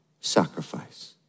sacrifice